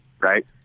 right